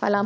Hvala.